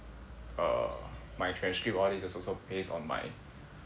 uh my transcript all these is also based on my